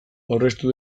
aurreztu